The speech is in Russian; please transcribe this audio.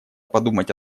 подумать